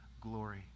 glory